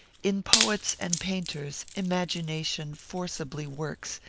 in poets and painters imagination forcibly works,